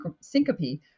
syncope